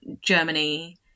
Germany